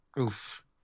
Oof